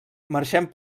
marxem